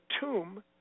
tomb